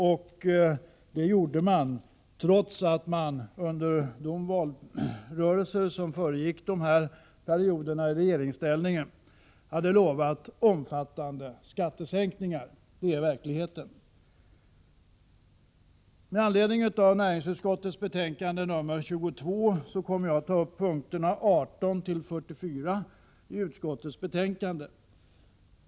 Höjningarna företogs trots att man under de valrörelser som föregick perioderna i regeringsställning hade lovat omfattande skattesänkningar. Det är verkligheten. Med anledning av näringsutskottets betänkande nr 22 kommer jag att ta upp punkterna 1844 i utskottets betänkande.